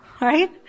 Right